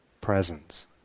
presence